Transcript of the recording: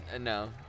No